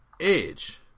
Edge